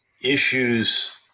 issues